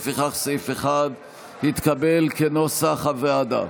לפיכך סעיף 1 התקבל כנוסח הוועדה.